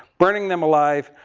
burning them alive.